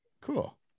Cool